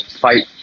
fight